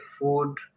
food